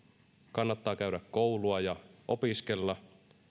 kannattaa käydä koulua ja opiskella